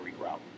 regrow